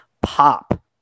pop